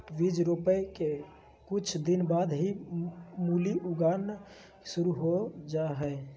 बीज रोपय के कुछ दिन बाद ही मूली उगना शुरू हो जा हय